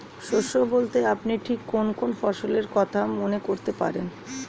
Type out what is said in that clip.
শস্য বলতে আপনি ঠিক কোন কোন ফসলের কথা মনে করতে পারেন?